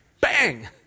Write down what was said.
bang